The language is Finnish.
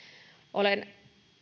olen